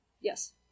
Yes